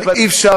אבל אי-אפשר,